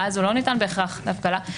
ואז הוא לא ניתן בהכרח דווקא לה.